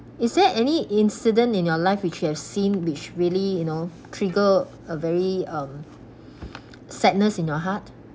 is there any incident in your life which you have seen which really you know trigger a very um sadness in your heart